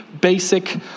basic